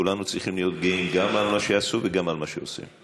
כולנו צריכים להיות גאים גם על מה שעשו וגם על מה שעושים.